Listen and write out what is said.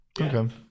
okay